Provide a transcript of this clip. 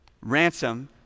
Ransom